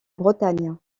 bretagne